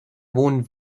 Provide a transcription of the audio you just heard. wohnen